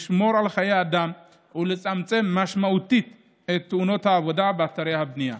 לשמור על חיי אדם ולצמצם משמעותית את תאונות העבודה באתרי הבנייה.